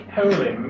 Holy